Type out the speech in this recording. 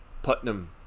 Putnam